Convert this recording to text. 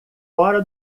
fora